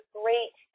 great